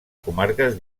comarques